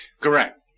Correct